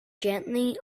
gently